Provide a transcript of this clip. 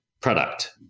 product